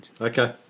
Okay